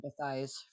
empathize